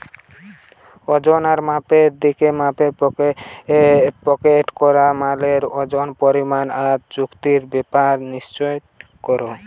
ওজন আর মাপ দিখা মানে প্যাকেট করা মালের ওজন, পরিমাণ আর চুক্তির ব্যাপার নিশ্চিত কোরা